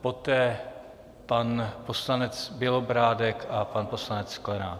Poté pan poslanec Bělobrádek a pan poslanec Sklenák.